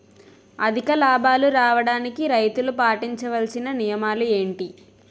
అధిక లాభాలు రావడానికి రైతులు పాటించవలిసిన నియమాలు ఏంటి